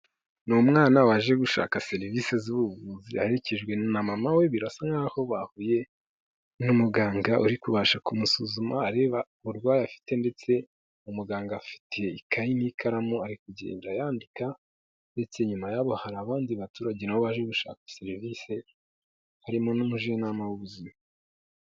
Ni umwana waje gushaka serivisi z'ubuvuzi aherekejwe na mama we, birasa nkaho bahuye n'umuganga uri kubasha kumusuzuma areba uburwayi afite ndetse umuganga afite ikayi n'ikaramu ari kugenda yandika ndetse inyuma yabo hari abandi baturage nabo baje gushaka serivisi, harimo n'umujyanama w'ubuzima.